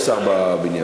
יש שר בבניין.